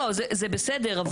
זה בסדר.